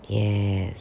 yes